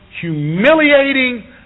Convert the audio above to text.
humiliating